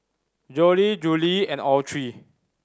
Jolie Julie and Autry